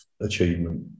achievement